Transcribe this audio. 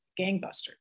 gangbusters